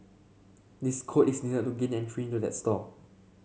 this code is needed to gain entry into the store